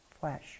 flesh